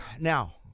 Now